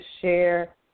share